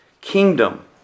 kingdom